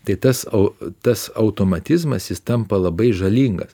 tai tas au tas automatizmas jis tampa labai žalingas